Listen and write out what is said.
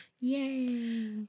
Yay